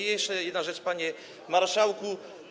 I jeszcze jedna rzecz, panie marszałku.